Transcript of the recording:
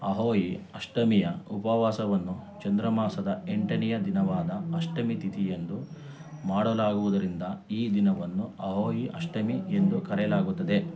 ಅಹೋಯಿ ಅಷ್ಟಮಿಯ ಉಪವಾಸವನ್ನು ಚಾಂದ್ರಮಾಸದ ಎಂಟನೆಯ ದಿನವಾದ ಅಷ್ಟಮಿ ತಿಥಿಯಂದು ಮಾಡಲಾಗುವುದರಿಂದ ಈ ದಿನವನ್ನು ಅಹೋಯಿ ಅಷ್ಟಮಿ ಎಂದೂ ಕರೆಯಲಾಗುತ್ತದೆ